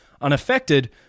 unaffected